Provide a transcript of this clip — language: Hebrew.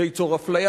זה ייצור אפליה,